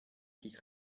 six